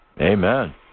Amen